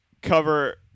cover